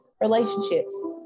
relationships